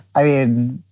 i am.